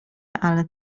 ale